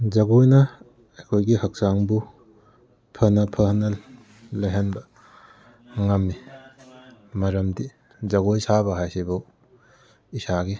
ꯖꯒꯣꯏꯅ ꯑꯩꯈꯣꯏꯒꯤ ꯍꯛꯆꯥꯡꯕꯨ ꯐꯅ ꯐꯅ ꯂꯩꯍꯟꯕ ꯉꯝꯃꯤ ꯃꯔꯝꯗꯤ ꯖꯒꯣꯏ ꯁꯥꯕ ꯍꯥꯏꯁꯤꯕꯨ ꯏꯁꯥꯒꯤ